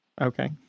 Okay